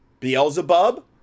Beelzebub